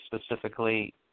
specifically